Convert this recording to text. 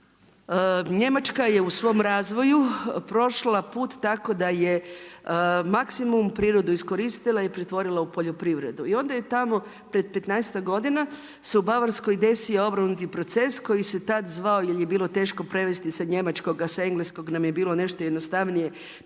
Njemačka je u svom razvoju prošla put tako da je maksimum prirodu iskoristila i pretvorila u poljoprivredu. I onda je tamo pred petnaestak godina se u Bavarskoj desi obrnuti proces koji se tad zvao jer je bilo teško prevesti sa Njemačkoga, sa engleskog nam je bilo nešto jednostavnije